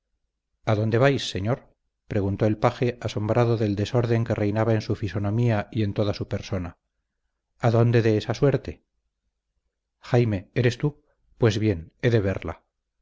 adónde vais señor preguntó el paje asombrado del desorden que reinaba en su fisonomía y en toda su persona adónde de esa suerte jaime eres tú pues bien he de verla